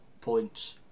points